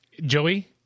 Joey